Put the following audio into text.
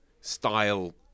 style